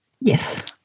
yes